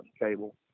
cable